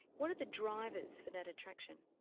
what are the drivers for that attraction?